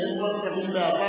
כי הם כבר שרים בעבר.